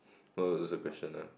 what was the question uh